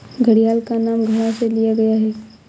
घड़ियाल का नाम घड़ा से लिया गया है